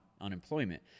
unemployment